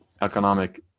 economic